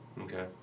Okay